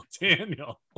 Daniel